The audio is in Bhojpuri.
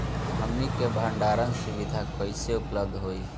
हमन के भंडारण सुविधा कइसे उपलब्ध होई?